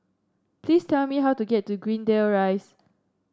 please tell me how to get to Greendale Rise